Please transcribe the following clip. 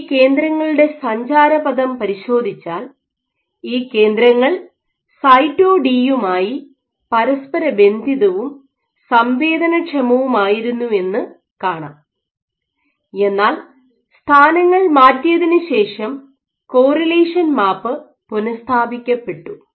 ഈ കേന്ദ്രങ്ങളുടെ സഞ്ചാരപഥം പരിശോധിച്ചാൽ ഈ കേന്ദ്രങ്ങൾ സൈറ്റോ ഡിയുമായി പരസ്പരബന്ധിതവും സംവേദനക്ഷമവുമായിരുന്നു എന്നു കാണാം എന്നാൽ സ്ഥാനങ്ങൾ മാറ്റിയതിനു ശേഷം കോറിലേഷൻ മാപ്പ് പുനസ്ഥാപിക്കപ്പെട്ടു